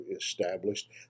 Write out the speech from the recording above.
established